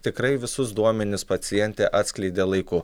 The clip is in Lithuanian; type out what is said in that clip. tikrai visus duomenis pacientė atskleidė laiku